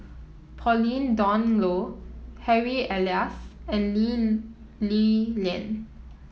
Pauline Dawn Loh Harry Elias and Lee Li Lian